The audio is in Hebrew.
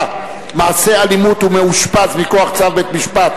מעשי אלימות ומאושפז מכוח צו בית-משפט),